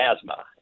asthma